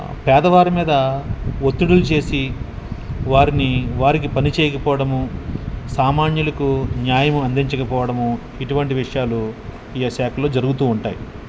పేదవారి మీదా ఒత్తిడులు చేసి వారిని వారికి పనిచేయకపోవడము సామాన్యులకు న్యాయం అందించకపోవడము ఇటువంటి విషయాలు ఈ ఆ శాఖలో జరుగుతు ఉంటాయి